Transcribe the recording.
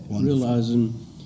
realizing